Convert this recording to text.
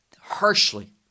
harshly